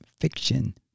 fiction